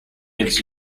its